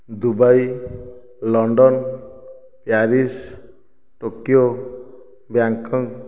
Dubai London Paris Tokyo Bangkok